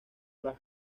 las